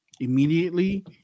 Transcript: immediately